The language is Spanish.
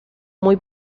muy